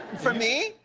for me.